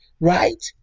right